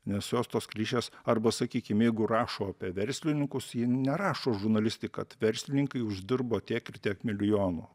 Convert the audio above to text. nes jos tos klišės arba sakykim jeigu rašo apie verslininkus jie nerašo žurnalistai kad verslininkai uždirbo tiek ir tiek milijonų